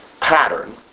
pattern